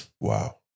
Wow